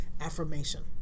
affirmation